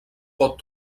pot